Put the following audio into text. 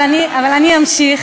אבל אני אמשיך,